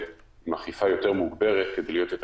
ועם אכיפה יותר מוגברת כדי להיות יותר